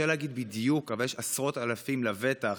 קשה להגיד בדיוק, אבל יש עשרות אלפים לבטח